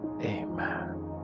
Amen